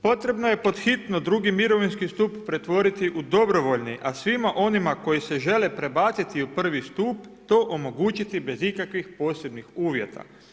Potrebno je pod hitno II. mirovinski stup pretvoriti u dobrovoljni a svima onima koji se žele prebaciti u I. stup, to omogućiti bez ikakvih posebnih uvjeta.